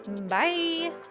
Bye